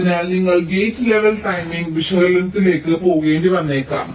അതിനാൽ നിങ്ങൾ gate level timing വിശകലനത്തിലേക്ക് പോകേണ്ടി വന്നേക്കാം